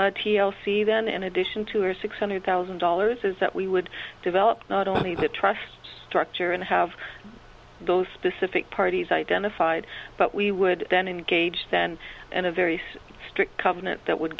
c then in addition to or six hundred thousand dollars is that we would develop not only the trust structure and have those specific parties identified but we would then engage then in a various strict covenant that would